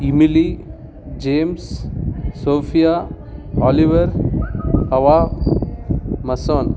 emily james sophia oliver ava mason